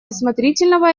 осмотрительного